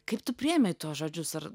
kaip tu priėmei tuos žodžius ar